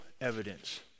evidence